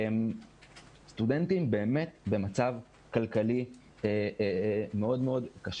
סטודנטים במצב כלכלי מאוד מאוד קשה.